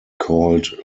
called